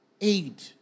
aid